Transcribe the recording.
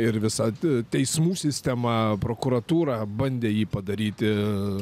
ir visa teismų sistema prokuratūra bandė jį padaryti